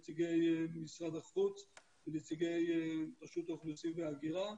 נציגי משרד החוץ ונציגי רשות האוכלוסין וההגירה,